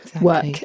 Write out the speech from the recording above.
work